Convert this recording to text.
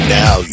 now